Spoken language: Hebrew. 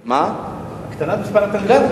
הקטנת מספר התלמידים.